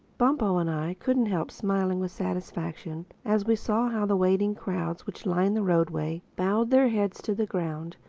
bumpo and i couldn't help smiling with satisfaction as we saw how the waiting crowds which lined the roadway bowed their heads to the ground,